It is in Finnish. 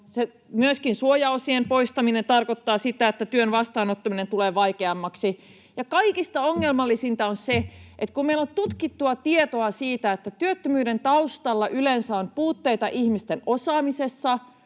Myöskin suojaosien poistaminen tarkoittaa sitä, että työn vastaanottaminen tulee vaikeammaksi. Ja kaikista ongelmallisinta on se, että kun meillä on tutkittua tietoa siitä, että työttömyyden taustalla yleensä on puutteita ihmisten osaamisessa,